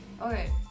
Okay